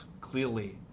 clearly